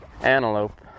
antelope